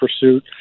pursuit